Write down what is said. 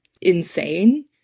insane